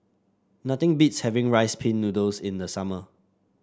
nothing beats having Rice Pin Noodles in the summer